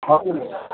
हजुर